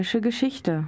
Geschichte